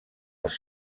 els